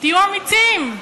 תהיו אמיצים.